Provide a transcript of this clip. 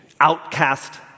outcast